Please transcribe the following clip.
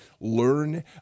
learn